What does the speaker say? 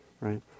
right